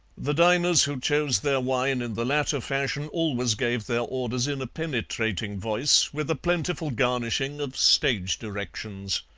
the diners who chose their wine in the latter fashion always gave their orders in a penetrating voice, with a plentiful garnishing of stage directions.